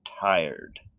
tired